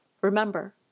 remember